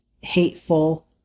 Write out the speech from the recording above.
hateful